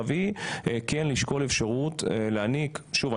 רביעי כן לשקול אפשרות להעניק שוב,